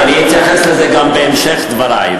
אני אתייחס לזה גם בהמשך דברי.